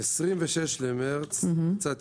ב-26 למרס יצאה